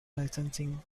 licensing